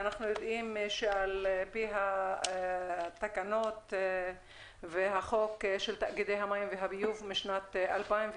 אנחנו יודעים שעל פי התקנות והחוק של תאגידי המים והביוב משנת 2001,